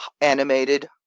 animated